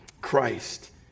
Christ